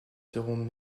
seront